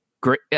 Great